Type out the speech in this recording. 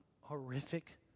horrific